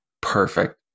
perfect